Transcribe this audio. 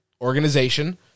organization